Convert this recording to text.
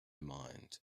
mind